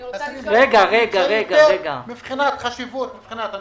אני רוצה לשאול את נציג משרד האוצר.